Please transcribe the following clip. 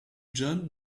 john